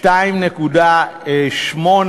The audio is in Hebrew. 2.8,